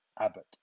Abbott